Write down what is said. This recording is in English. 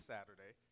Saturday